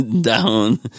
down